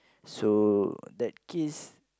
so that kiss